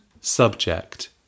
Subject